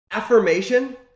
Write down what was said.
Affirmation